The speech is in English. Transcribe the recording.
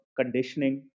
conditioning